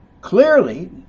Clearly